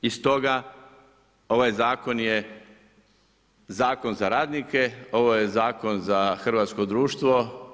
I stoga, ovaj zakon je zakon za radnike, ovo je zakon za hrvatsko društvo.